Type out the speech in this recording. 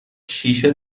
شیشه